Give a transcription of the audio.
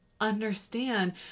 understand